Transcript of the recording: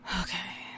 Okay